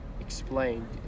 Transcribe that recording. explained